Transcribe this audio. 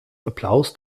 applaus